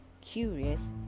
curious